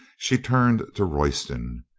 she turned to royston.